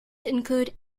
include